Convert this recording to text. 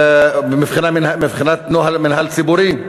מבחינת נוהל, מינהל ציבורי,